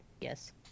Yes